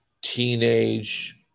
teenage